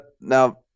now